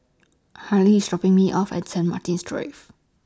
Harley IS dropping Me off At Saint Martin's Drive